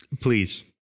Please